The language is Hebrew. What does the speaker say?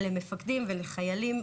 למפקדים ולחיילים,